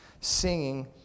singing